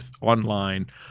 online